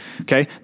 Okay